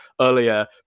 earlier